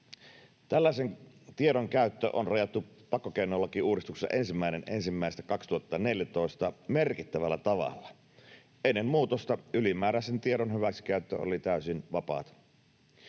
Tällaisen tiedon käyttö on rajattu pakkokeinolakiuudistuksessa 1.1.2014 merkittävällä tavalla. Ennen muutosta ylimääräisen tiedon hyväksikäyttö oli täysin vapaata.